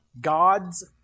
God's